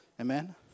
Amen